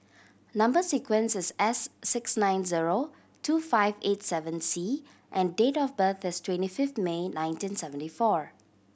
number sequence is S six nine zero two five eight seven C and date of birth is twenty fifth May nineteen seventy four